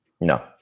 no